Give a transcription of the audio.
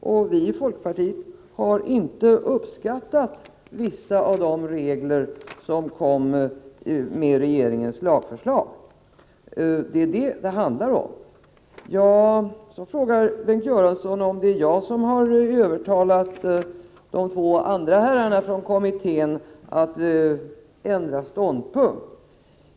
Vi har i folkpartiet inte uppskattat vissa av reglerna i regeringens lagförslag — det är vad det handlar om. Bengt Göransson frågar om det är jag som har övertalat de två andra herrarna i kommittén att ändra ståndpunkt.